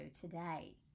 today